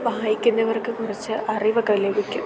വായിക്കുന്നവർക്ക് കുറിച്ചു അറിവൊക്കെ ലഭിക്കും